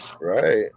Right